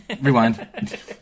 Rewind